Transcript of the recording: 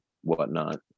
whatnot